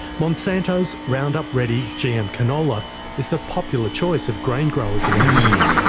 monsanto's roundup-ready gm canola is the popular choice of grain growers around here.